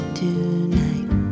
tonight